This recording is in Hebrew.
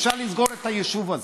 אפשר לסגור את היישוב הזה.